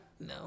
No